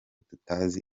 tutazi